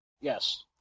Yes